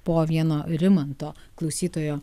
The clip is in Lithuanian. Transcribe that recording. po vieno rimanto klausytojo